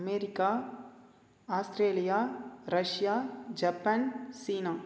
America Australia Russia Japan China